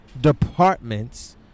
departments